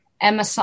Emma